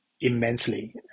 immensely